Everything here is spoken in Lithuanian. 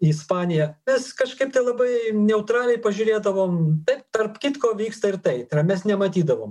į ispaniją mes kažkaip tai labai neutraliai pažiūrėdavom tai tarp kitko vyksta ir tai tai yra mes nematydavom